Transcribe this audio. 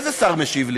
איזה שר משיב לי?